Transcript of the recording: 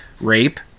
rape